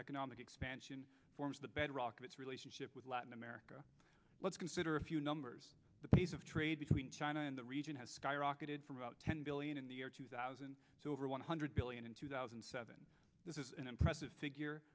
economic expansion forms the bedrock of its relationship with latin america let's consider a few numbers the pace of trade between china and the region has skyrocketed from about ten billion in the year two thousand so over one hundred billion in two thousand and seven this is an impressive figure